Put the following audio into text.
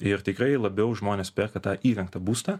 ir tikrai labiau žmonės perka tą įrengtą būstą